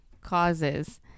causes